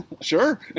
Sure